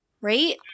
right